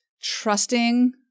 trusting